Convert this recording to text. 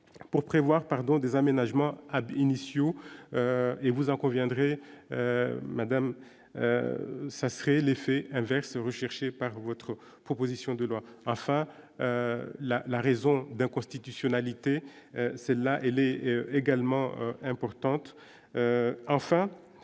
pour prévoir, pardon, des aménagements à Benicio et vous en conviendrez Madame ça serait l'effet inverse recherché par votre proposition de loi, enfin la la raison d'inconstitutionnalité celle-là et les également importante,